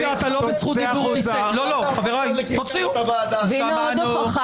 תיזכר, כוועדה שיו"ר הוועדה מוביל בה